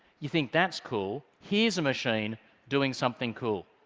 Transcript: you think that's cool. here's a machine doing something cool.